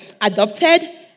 adopted